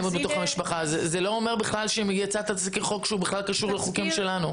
זה לא אומר שיצא תזכיר חוק שקשור לחוקים שלנו.